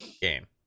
game